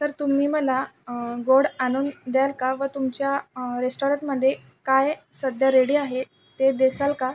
तर तुम्ही मला गोड आणून द्याल का व तुमच्या रेस्टॉरंटमध्ये काय सध्या रेडी आहे ते देसाल का